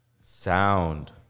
sound